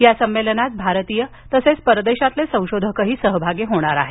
या संमेलनात भारतीय तसच परदेशातील संशोधक सहभागी होणार आहे